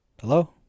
Hello